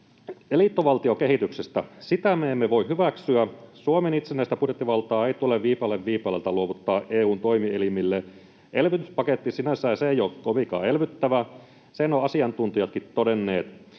Liittovaltiokehityksestä: Sitä me emme voi hyväksyä. Suomen itsenäistä budjettivaltaa ei tule viipale viipaleelta luovuttaa EU:n toimielimille. Elvytyspaketti sinänsä ei ole kovinkaan elvyttävä, sen ovat asiantuntijatkin todenneet.